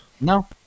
No